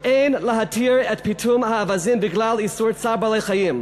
"אין להתיר את פיטום האווזים בגלל איסור צער בעלי-חיים".